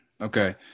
Okay